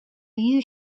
you